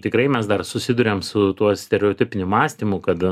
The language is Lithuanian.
tikrai mes dar susiduriam su tuo stereotipiniu mąstymu kad